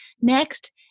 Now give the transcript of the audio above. Next